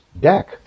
deck